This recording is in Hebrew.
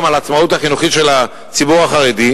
על העצמאות החינוכית של הציבור החרדי?